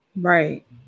right